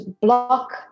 block